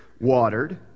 watered